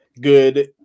good